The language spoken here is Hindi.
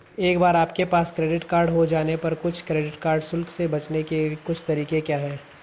एक बार आपके पास क्रेडिट कार्ड हो जाने पर कुछ क्रेडिट कार्ड शुल्क से बचने के कुछ तरीके क्या हैं?